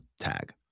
tag